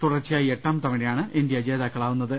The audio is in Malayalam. തുടർച്ചയായി എട്ടാം തവണയാണ് ഇന്ത്യ ജേതാക്കളാവു ന്നത്